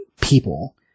people